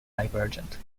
divergent